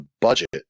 budget